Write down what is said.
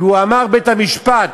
כי הוא אמר, בית-המשפט,